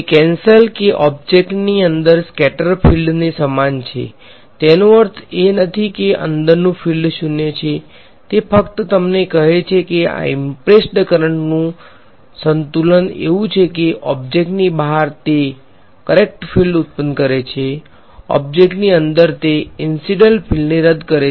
cancel કે ઑબ્જેક્ટની અંદર સ્કેટર ફીલ્ડને સમાન છે તેનો અર્થ એ નથી કે અંદરનું ફિલ્ડ 0 છે તે ફક્ત તમને કહે છે કે આ ઈમ્પ્રેસ્ડ કરંટનું સંતુલન એવું છે કે ઑબ્જેક્ટની બહાર તે કરેક્ટ ફીલ્ડ ઉત્પન્ન કરે છે ઑબ્જેક્ટની અંદર તે ઈન્સીડંટ ફીલ્ડને રદ કરે છે